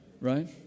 right